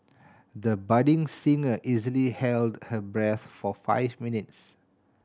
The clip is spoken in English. the budding singer easily held her breath for five minutes